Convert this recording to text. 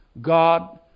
God